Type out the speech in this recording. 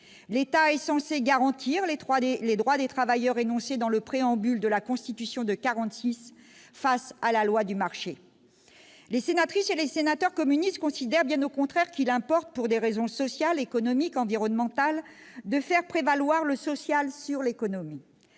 L'État est censé garantir les droits des travailleurs énoncés dans le Préambule de la Constitution de 1946 face à la loi du marché. Les sénatrices et les sénateurs communistes considèrent qu'il importe, pour des raisons sociales, économiques, environnementales, de faire prévaloir le social sur l'économie.